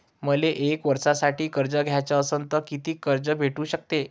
मले एक वर्षासाठी कर्ज घ्याचं असनं त कितीक कर्ज भेटू शकते?